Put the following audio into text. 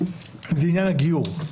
זה עניין הגיור.